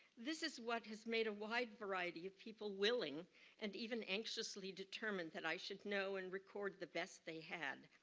this is what has made a wide variety of people willing and even anxiously determined that i should know and record the best they had.